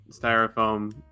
styrofoam